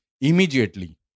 immediately